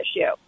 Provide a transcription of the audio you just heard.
issue